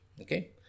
Okay